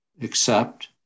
accept